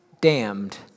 damned